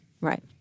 Right